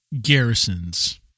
Garrison's